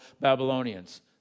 Babylonians